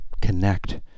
connect